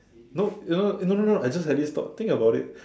no you know you no no no I just had this thought think about it